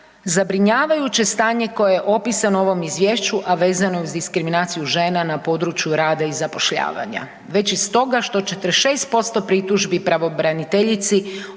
zabrinjavajuće stanje koje je opisano u ovom Izvješću a vezano je uz diskriminaciju žena na području rada i zapošljavanja, već iz toga što ćete 6% pritužbi pravobraniteljici